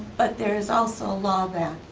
but there is also a law that,